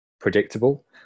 predictable